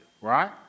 right